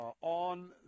on